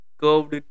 curved